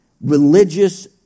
religious